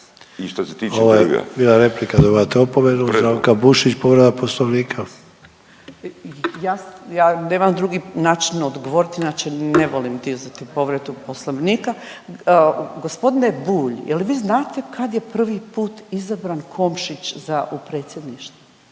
Ante (HDZ)** Ovo je bila replika dobivate opomenu. Zdravka Bušić povreda Poslovnika. **Bušić, Zdravka (HDZ)** Ja nemam drugi način odgovoriti, inače ne volim dizati povredu Poslovnika. Gospodine Bulj je li vi znate kad je prvi put izabran Komšić za, u Predsjedništvo?